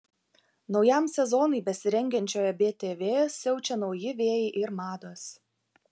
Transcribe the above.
naujam sezonui besirengiančioje btv siaučia nauji vėjai ir mados